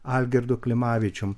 algirdu klimavičium